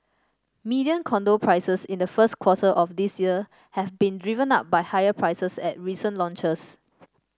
median condo prices in the first quarter of this year have been driven up by higher prices at recent launches